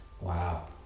Wow